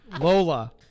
Lola